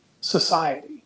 society